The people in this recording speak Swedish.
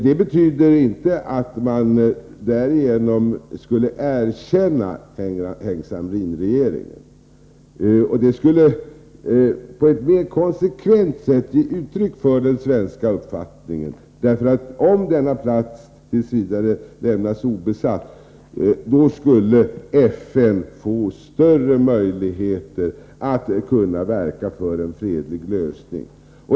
Det betyder inte att man erkänner Heng Samrin-regeringen, men det skulle på ett mera konsekvent sätt ge uttryck för den svenska uppfattningen. Om denna plats. v. lämnades obesatt skulle FN få större möjligheter att verka för en fredlig lösning.